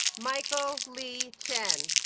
michael lee chen